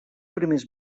primers